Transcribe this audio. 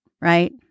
Right